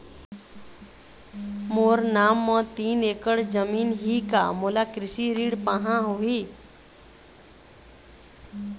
मोर नाम म तीन एकड़ जमीन ही का मोला कृषि ऋण पाहां होही?